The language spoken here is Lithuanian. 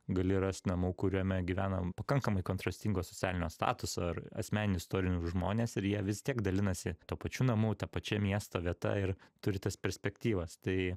gali rast namų kuriame gyvena pakankamai kontrastingo socialinio statuso ar asmeninių istorinių žmonės ir jie vis tiek dalinasi tuo pačiu namu ta pačia miesto vieta ir turi tas perspektyvas tai